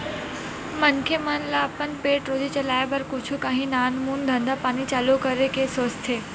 मनखे मन ल अपन पेट रोजी चलाय बर कुछु काही नानमून धंधा पानी चालू करे के सोचथे